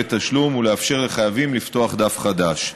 תשלום ולאפשר לחייבים לפתוח דף חדש.